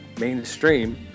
mainstream